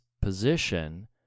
position